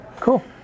Cool